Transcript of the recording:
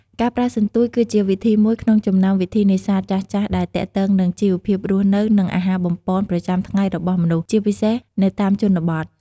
ការប្រើសន្ទូចគឺជាវិធីមួយក្នុងចំណោមវិធីនេសាទចាស់ៗដែលទាក់ទងនឹងជីវភាពរស់នៅ និងអាហារបំប៉នប្រចាំថ្ងៃរបស់មនុស្ស ជាពិសេសនៅតាមជនបទ។